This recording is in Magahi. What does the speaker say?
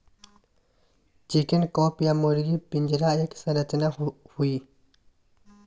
चिकन कॉप या मुर्गी पिंजरा एक संरचना हई,